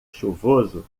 chuvoso